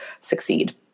succeed